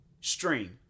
stream